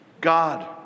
God